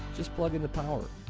just plug in the power,